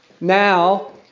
Now